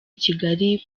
kigali